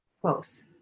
close